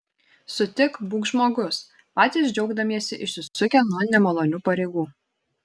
sutik būk žmogus patys džiaugdamiesi išsisukę nuo nemalonių pareigų